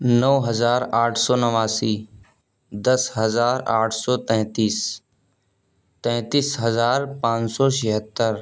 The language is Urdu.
نو ہزار آٹھ سو نواسی دس ہزار آٹھ سو تینتیس تینتیس ہزار پان سو چھہتر